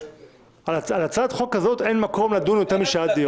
על הצעת חוק כזאת אין מקום לדון יותר משעה של דיון.